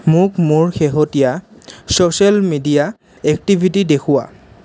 মোক মোৰ শেহতীয়া ছ'চিয়েল মিডিয়া এক্টিভিটি দেখুওৱা